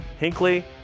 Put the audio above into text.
Hinkley